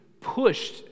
pushed